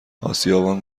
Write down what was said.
آسیابان